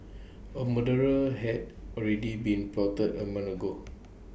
A murder had already been plotted A month ago